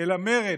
אלא מרד,